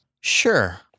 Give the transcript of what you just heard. Sure